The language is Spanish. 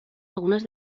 algunas